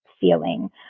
feeling